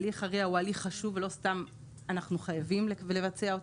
הליך ה-RIA הוא הליך חשוב ולא סתם אנחנו חייבים לבצע אותו.